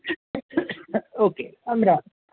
okay रामराम